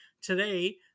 today